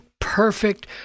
perfect